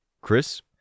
Chris